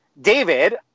David